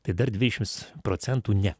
tai dar dvidešimts procentų ne